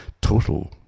total